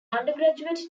undergraduate